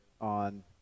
on